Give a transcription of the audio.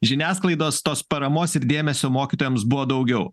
žiniasklaidos tos paramos ir dėmesio mokytojams buvo daugiau